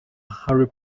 harry